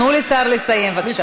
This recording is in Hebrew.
תנו לשר לסיים בבקשה.